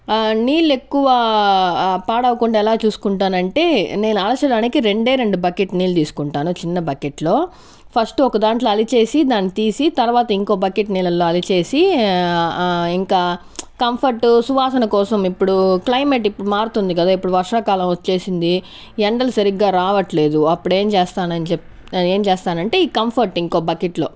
నీళ్ళెక్కువ పాడవకుండా ఎలా చూసుకుంటానంటే నేను అవసరానికి రెండే రెండు బకెట్ నీళ్ళు తీసుకుంటాను చిన్న బకెట్ లో ఫస్ట్ ఒక దాంట్లో అలిచేసి దాన్ని తీసి తర్వాత ఇంకో బకె ట్ నీళ్ళల్లో అలిచేసి ఇంకా కంఫర్టు సువాసన కోసం ఇప్పుడు క్లైమేట్ ఇప్పుడు మారుతుంది కదా ఇప్పుడు వర్షాకాలం వచ్చేసింది ఎండలు సరిగ్గా రావట్లేదు అప్పుడేం చేస్తానని చెప్ ఏం చేస్తానంటే ఈ కంఫర్ట్ ఇంకో బకెట్ లో